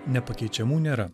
nepakeičiamų nėra